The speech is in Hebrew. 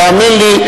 והאמן לי,